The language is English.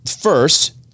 first